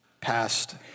passed